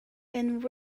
and